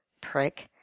Prick